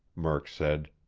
murk said.